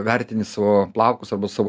vertini savo plaukus arba savo